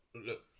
Look